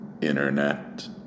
Internet